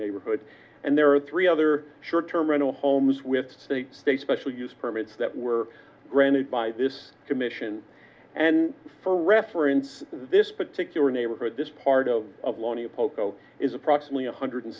neighborhood and there are three other short term rental homes with state state special use permits that were granted by this commission and for reference this particular neighborhood this part of of lonnie poco is approximately one hundred